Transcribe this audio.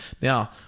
Now